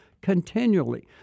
continually